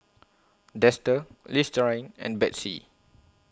Dester Listerine and Betsy